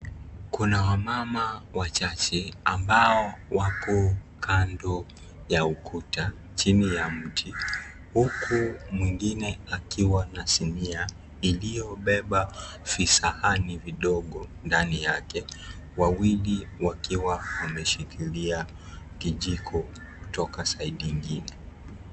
Kuna wamama wachache ambao wako kandoo ya ukuta chini ya mti huku mwingine akiwa na sinia iliyobeba visahani vidogo ndani yake , wawili wakiwa wameshikilia kijiko kutoka side ingine.